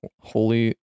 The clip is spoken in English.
holy